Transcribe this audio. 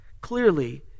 Clearly